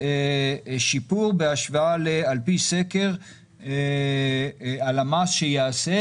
שיפור בהשוואה על פי סקר הלמ"ס שייעשה,